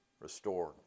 restored